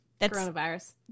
Coronavirus